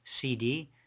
CD